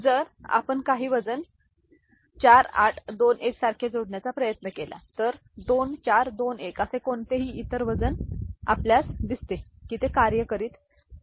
जर आपण काही वजन 8421 सारखे जोडण्याचा प्रयत्न केला तर 2421 असे कोणतेही इतर वजन आपल्यास दिसते की ते कार्य करीत नाही ठीक आहे